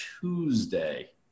tuesday